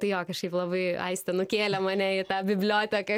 tai jo kažkaip labai aistė nukėlė mane į tą biblioteką